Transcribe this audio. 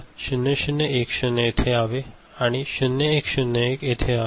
तर 0 0 1 0 येथे यावे आणि 0 1 0 1 येथे यावे